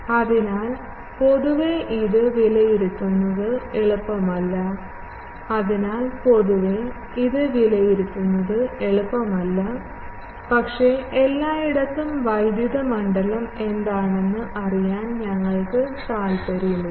അതിനാൽ പൊതുവേ ഇത് വിലയിരുത്തുന്നത് എളുപ്പമല്ല പക്ഷേ എല്ലായിടത്തും വൈദ്യുത മണ്ഡലം എന്താണെന്ന് അറിയാൻ ഞങ്ങൾക്ക് താൽപ്പര്യമില്ല